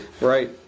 Right